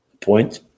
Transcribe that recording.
point